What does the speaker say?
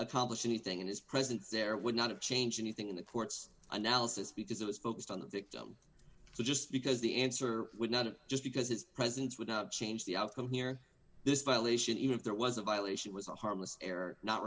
accomplish anything and his presence there would not have changed anything in the court's analysis because it was focused on the victim just because the answer would not just because it's presence would not change the outcome here this violation if there was a violation was a harmless error not